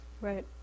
Right